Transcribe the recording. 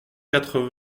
quatre